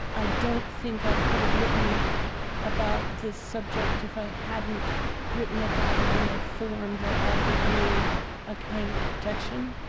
i don't think i could've written about this subject if i hadn't written about it in a form that offered me a kind of protection